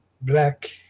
black